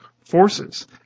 forces